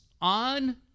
on